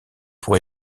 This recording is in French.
pour